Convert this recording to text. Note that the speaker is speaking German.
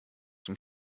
zum